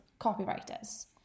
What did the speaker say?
copywriters